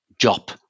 job